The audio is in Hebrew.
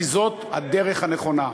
כי זאת הדרך הנכונה.